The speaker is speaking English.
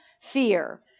fear